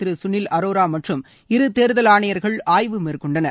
திரு சுணில் அரோரா மற்றும் இரு தேர்தல் ஆணையர்கள் ஆய்வு மேற்கொண்டனர்